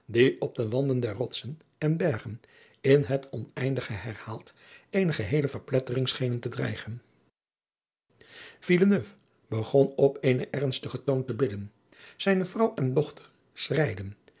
op de wanden der rotsen en bergen in het oneindige herhaald eene geheele verplettering schenen te dreigen villeneuve begon op eenen ernstigen toon te bidden zijne vrouw en dochter